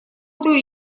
эту